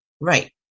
Right